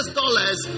dollars